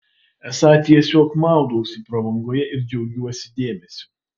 esą tiesiog maudausi prabangoje ir džiaugiuosi dėmesiu